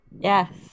Yes